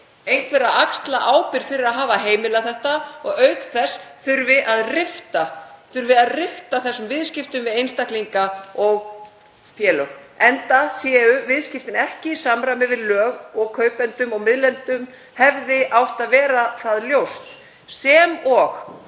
einhver að axla ábyrgð fyrir að hafa heimilað þetta og auk þess þarf að rifta þessum viðskiptum við einstaklinga og ehf., enda eru þau ekki í samræmi við lög og kaupendum og miðlurum hefði mátt vera það ljóst sem og